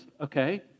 okay